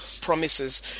promises